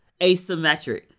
asymmetric